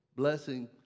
blessing